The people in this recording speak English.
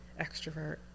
extrovert